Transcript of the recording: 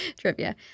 Trivia